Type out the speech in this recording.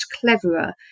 cleverer